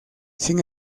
sin